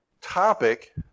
topic